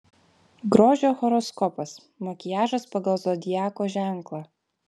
grožio horoskopas makiažas pagal zodiako ženklą